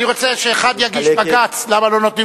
אני מזמין את שר החקלאות ופיתוח הכפר,